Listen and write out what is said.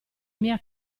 mia